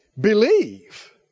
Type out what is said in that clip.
believe